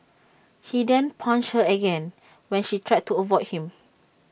he then punched her again when she tried to avoid him